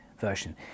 version